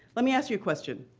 let me ask you a question.